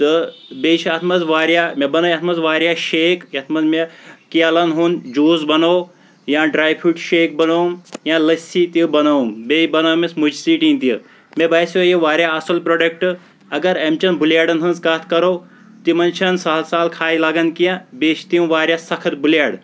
تہٕ بیٚیہِ چھِ اَتھ منٛز واریاہ مےٚ بَنٲے اَتھ منٛز واریاہ شیک یِتھ منٛز مےٚ کیلن ہُنٛد جوٗس بَنوو یا ڈراے فروٹ شیک بَنوو یا لٔسی تہِ بَنوٕم بیٚیہِ بَنٲوٕم مُجہِ ژیٚٹِنۍ تہِ مےٚ باسیٚو یہِ واریاہ اَصٕل پروڈکٹ اَگر اَمہِ چیٚن بٕلیڈن ہٕنٛز کَتھ کَرو تِمن چھنہٕ سہل سہل کھاے لَگان کیٚنٛہہ بیٚیہِ چھِ تم واریاہ سَخت بٕلیڈ